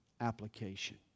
application